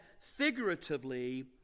figuratively